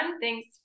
Thanks